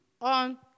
on